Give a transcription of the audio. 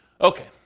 Okay